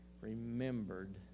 remembered